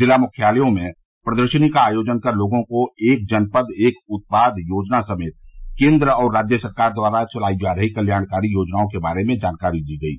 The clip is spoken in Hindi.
जिला मुख्यालयों में प्रदर्शनी का आयोजन कर लोगों को एक जनपद एक उत्पाद योजना समेत केन्द्र और राज्य सरकार द्वारा चलाई जा रही जनकत्याणकारी योजनाओं के बारे में जानकारी दी गयी